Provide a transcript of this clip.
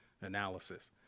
analysis